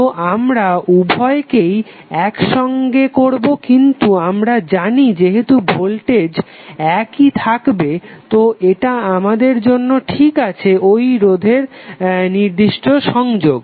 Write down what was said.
তো আমরা উভয়কেই একসঙ্গে করবো কিন্তু আমরা জানি যেহেতু ভোল্টেজ একই থাকবে তো এটা আমাদের জন্য ঠিক আছে ঐ রোধের নির্দিষ্ট সংযোগ